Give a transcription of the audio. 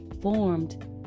formed